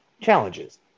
challenges